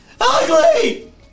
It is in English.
Ugly